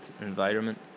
environment